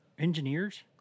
Engineers